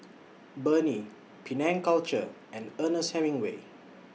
Burnie Penang Culture and Ernest Hemingway